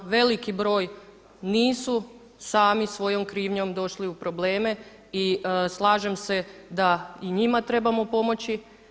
Veliki broj nisu sami svojom krivnjom došli u probleme i slažem se da i njima trebamo pomoći.